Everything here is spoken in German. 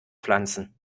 pflanzen